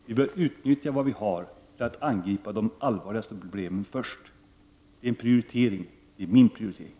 Vi bör utnyttja vad vi har för att angripa de allvarligaste problemen först. Det är en prioritering — det är min prioritering.